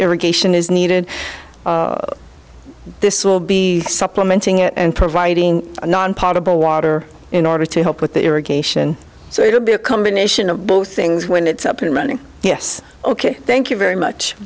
irrigation is needed this will be supplementing it and providing a non part of the water in order to help with irrigation so it'll be a combination of both things when it's up and running yes ok thank you very much